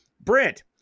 Brent